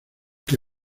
que